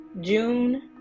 June